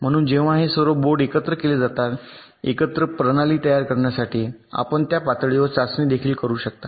म्हणून जेव्हा हे सर्व बोर्ड एकत्र केले जातात एकत्र प्रणाली तयार करण्यासाठी आपण त्या पातळीवर चाचणी देखील करू शकता